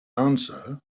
answer